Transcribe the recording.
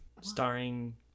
starring